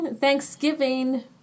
Thanksgiving